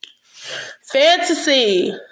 Fantasy